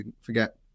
forget